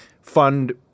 fund